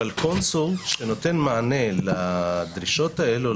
אבל קונסול שנותן מענה לדרישות האלה,